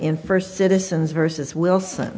in first citizens versus wilson